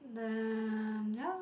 then ya